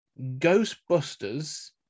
Ghostbusters